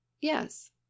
Yes